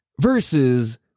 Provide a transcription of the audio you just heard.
versus